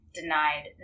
denied